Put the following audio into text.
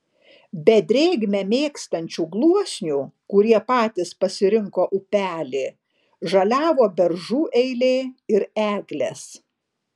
be drėgmę mėgstančių gluosnių kurie patys pasirinko upelį žaliavo beržų eilė ir eglės